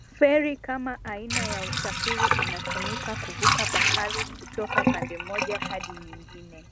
Ferri kama aina ya usafiri inatumika kuvuka bahari kutoka pande moja hadi nyingine,